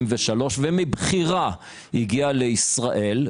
ומבחירה הגיע לישראל,